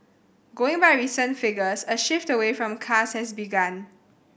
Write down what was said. going by recent figures a shift away from cars has begun